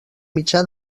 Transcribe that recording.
mitjà